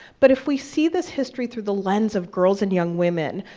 but if we see this history through the lens of girls and young women,